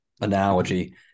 analogy